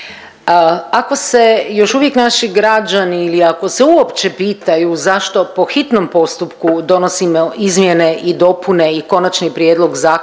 Ako se još uvijek naši građani ili ako se uopće pitaju zašto po hitnom postupku donosimo izmjene i dopune i Konačni prijedlog zakona